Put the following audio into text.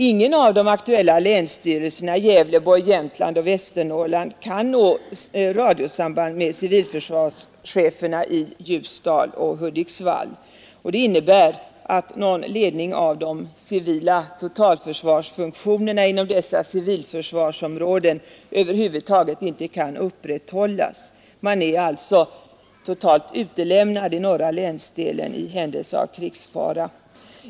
Ingen av de aktuella länsstyrelserna i Gävleborg, Jämtlands eller Västernorrlands län kan nå radiosamband med civilförsvarscheferna i Ljusdal och Hudiksvall. Det innebär att någon ledning av de civila taget inte kan upprätthållas. Man är alltså totalt utlämnad i norra länsdelen i händelse av krigsfara.